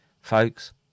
folks